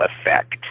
effect